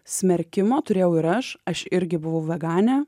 smerkimo turėjau ir aš aš irgi buvau veganė